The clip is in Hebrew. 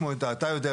כמו שאתה יודע,